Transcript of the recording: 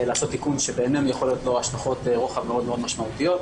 לעשות תיקון שבעינינו יכולות להיות לו השלכות רוחב מאוד מאוד משמעותיות.